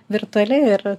virtuali ir